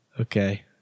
okay